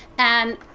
and